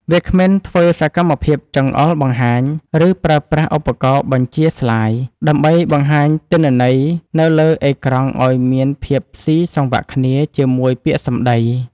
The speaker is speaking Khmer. វាគ្មិនធ្វើសកម្មភាពចង្អុលបង្ហាញ ឬប្រើប្រាស់ឧបករណ៍បញ្ជាស្លាយ ដើម្បីបង្ហាញទិន្នន័យនៅលើអេក្រង់ឱ្យមានភាពស៊ីសង្វាក់គ្នាជាមួយពាក្យសម្ដី។